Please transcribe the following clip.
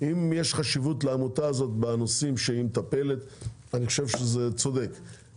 יש חשיבות לעמותה הזאת בנושאים שהיא מטפלת אפשר לפנות למשרד התקשורת.